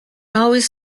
always